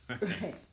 Right